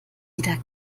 wieder